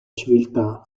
civiltà